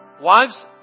Wives